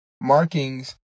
markings